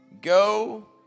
Go